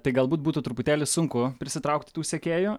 tai galbūt būtų truputėlį sunku prisitraukti tų sekėjų